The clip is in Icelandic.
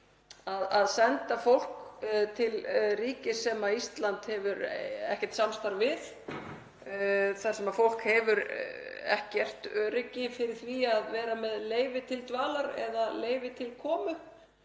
að senda fólk til ríkis sem Ísland hefur ekkert samstarf við þar sem fólk hefur ekkert öryggi fyrir því að vera með leyfi til dvalar eða leyfi til komu,